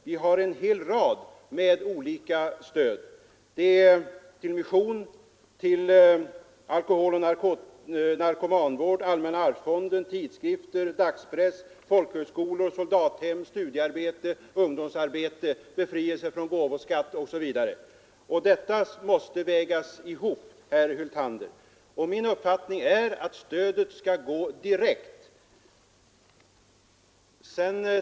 Vi har en hel rad olika stöd: till mission, till alkoholoch narkomanvård, allmänna arvsfonden, till tidskrifter, dagspress, folkhögskolor, soldathem, studiearbete, ungdomsarbete, befrielse från gåvoskatt osv. Detta måste vägas ihop, herr Hyltander, och min uppfattning är alltså att stödet bör gå direkt.